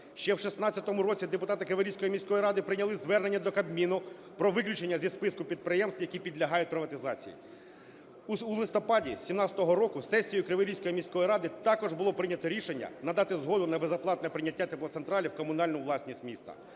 Ще в 16-му році депутати Криворізької міської ради прийняли звернення до Кабміну про виключення зі списку підприємств, які підлягають приватизації. У листопаді 17-го року сесією Криворізької міської ради також було прийняте рішення надати згоду на безоплатне прийняття "Теплоцентралі" в комунальну власність міста,